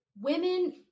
women